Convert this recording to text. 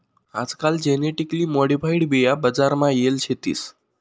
आजकाल genetically modified बिया बजार मा येल शेतीस